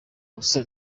ubusa